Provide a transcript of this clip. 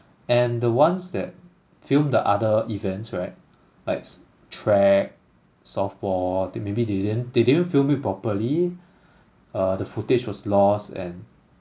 and the ones that film the other events right like track softball they maybe they didn't they didn't film it properly uh the footage was lost and